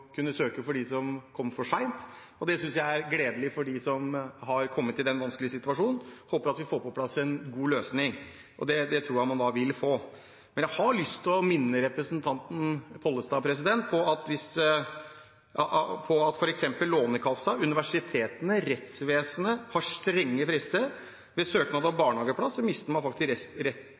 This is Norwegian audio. søke. Det synes jeg er gledelig for dem som har kommet i den vanskelige situasjonen. Jeg håper at vi får på plass en god løsning. Det tror jeg man vil få. Men jeg har lyst å minne representanten Pollestad om at f.eks. Lånekassen, universitetene og rettsvesenet har strenge frister. Ved for sen søknad om barnehageplass mister man faktisk